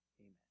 Amen